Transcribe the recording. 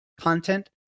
content